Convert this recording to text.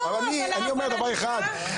אני אומר דבר אחד.